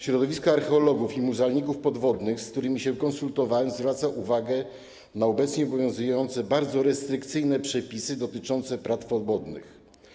Środowiska archeologów i muzealników podwodnych, z którymi się konsultowałem, zwracają uwagę na obecnie obowiązujące, bardzo restrykcyjne przepisy dotyczące platform wodnych.